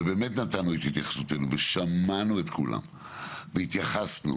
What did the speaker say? נתנו את התייחסותנו, שמענו את כולם ותיקנו.